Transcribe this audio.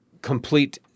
Complete